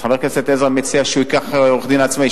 חבר הכנסת עזרא מציע שהוא ייקח עורך-דין עצמאי,